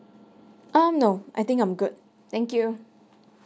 um no I think I'm good thank you